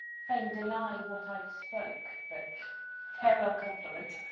fain deny what i have spoke but farewell compliment!